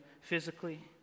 physically